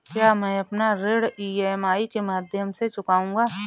क्या मैं अपना ऋण ई.एम.आई के माध्यम से चुकाऊंगा?